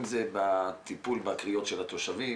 אם זה בטיפול בקריאות של התושבים.